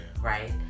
right